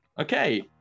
Okay